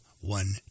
one